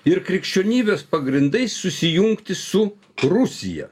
ir krikščionybės pagrindais susijungti su rusija